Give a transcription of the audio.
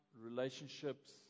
relationships